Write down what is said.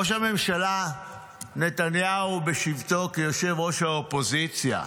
ראש הממשלה נתניהו, בשבתו כיושב-ראש האופוזיציה,